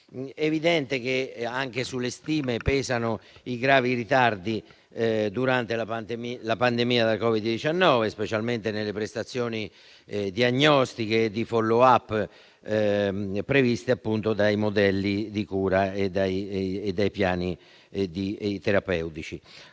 evidente che sulle stime pesano i gravi ritardi accumulati durante la pandemia da Covid-19, specialmente nelle prestazioni diagnostiche e di *follow-up* previste dai modelli di cura e dai piani terapeutici.